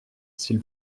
s’il